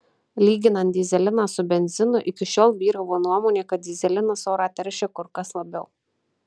lyginant dyzeliną su benzinu iki šiol vyravo nuomonė kad dyzelinas orą teršia kur kas labiau